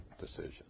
decision